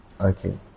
okay